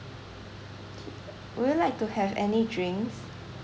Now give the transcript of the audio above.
K would you like to have any drinks